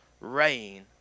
rain